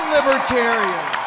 Libertarian